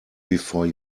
before